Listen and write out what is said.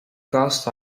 cast